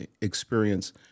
experience